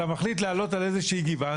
אלא מחליט על איזושהי גבעה,